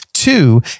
Two